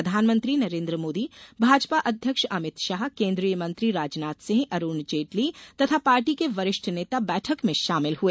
प्रधानमंत्री नरेंद्र मोदी भाजपा अध्यक्ष अमित शाह केंद्रीय मंत्री राजनाथ सिंह अरुण जेटली तथा पार्टी के वरिष्ठ नेता बैठक में शामिल हुए